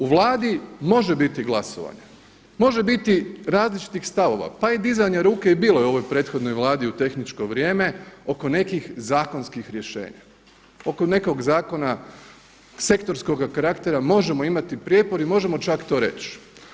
U Vladi može biti glasovanje, može biti različitih stavova pa i dizanja ruke i bilo je u ovoj prethodnoj vladi u tehničko vrijeme oko nekih zakonskih rješenja, oko nekog zakona sektorskog karaktera možemo imati prijepor i možemo čak to reći.